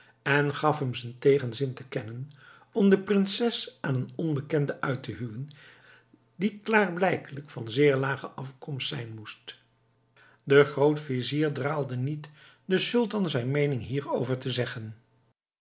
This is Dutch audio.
en gaf hem zijn tegenzin te kennen om de prinses aan een onbekende uit te huwen die klaarblijkelijk van zeer lage afkomst zijn moest de grootvizier draalde niet den sultan zijn meening hierover te zeggen